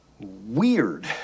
Weird